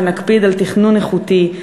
שנקפיד על תכנון איכותי,